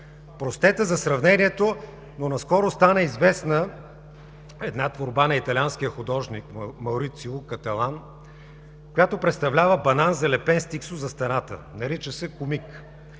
Простете за сравнението, но наскоро стана известна една творба на италианския художник Маурицио Кателан, която представлява банан, залепен с тиксо за стената. Нарича се „Комик“.